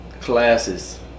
Classes